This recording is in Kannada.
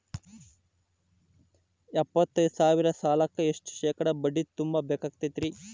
ಎಪ್ಪತ್ತೈದು ಸಾವಿರ ಸಾಲಕ್ಕ ಎಷ್ಟ ಶೇಕಡಾ ಬಡ್ಡಿ ತುಂಬ ಬೇಕಾಕ್ತೈತ್ರಿ?